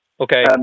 Okay